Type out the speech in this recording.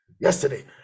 yesterday